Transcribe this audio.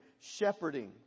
shepherding